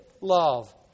love